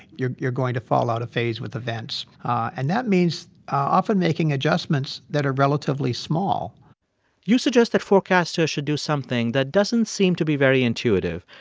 you're you're going to fall out of phase with events. and that means often making adjustments that are relatively small you suggest that forecasters should do something that doesn't seem to be very intuitive.